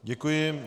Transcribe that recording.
Děkuji.